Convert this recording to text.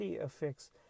affects